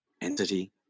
entity